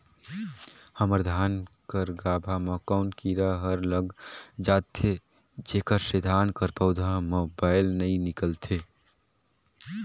हमर धान कर गाभा म कौन कीरा हर लग जाथे जेकर से धान कर पौधा म बाएल नइ निकलथे?